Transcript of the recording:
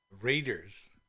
Raiders